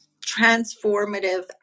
transformative